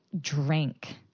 drink